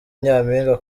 nyampinga